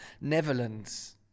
Netherlands